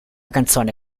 canzone